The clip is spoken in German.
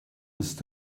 ist